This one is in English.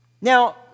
Now